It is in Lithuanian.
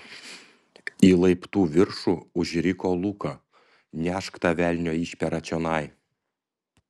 į laiptų viršų užriko luka nešk tą velnio išperą čionai